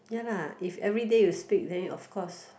ya lah if everyday you speak then you of course